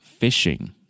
fishing